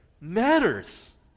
matters